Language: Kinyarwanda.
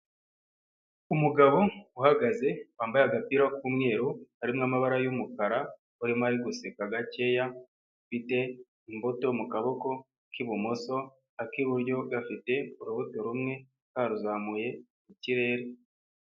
Umugabo uhagaze wambaye agapira k'umweru, karimo amabara y'umukara, arimo guseka gakeya, afite imbuto mu kaboko k'ibumoso, ak'iburyo gafite urubuto rumwe karuzamuye mu kirere.